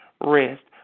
rest